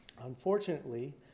Unfortunately